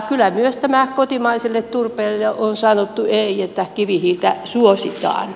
kyllä myös kotimaiselle turpeelle on sanottu ei että kivihiiltä suositaan